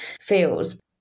feels